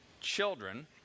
children